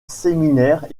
séminaire